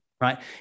right